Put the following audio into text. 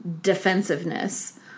defensiveness